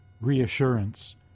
reassurance